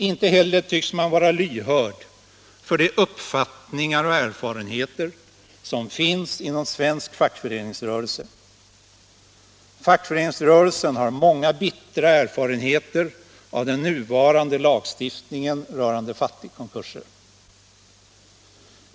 Inte heller tycks man vara lyhörd för de uppfattningar och erfarenheter som finns inom svensk fackföreningsrörelse. Fackföreningsrörelsen har många bittra erfarenheter av den nuvarande lagstiftningen rörande fattigkonkurser.